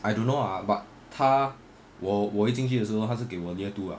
I don't know ah but 他我我一进去的时候他是给我 year two ah